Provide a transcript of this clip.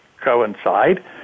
coincide